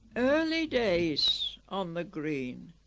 early days on the green